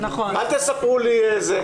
אל תספרו לי זה,